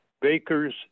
bakers